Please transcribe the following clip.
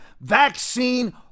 vaccine